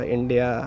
India